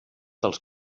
dels